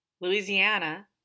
Louisiana